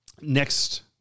Next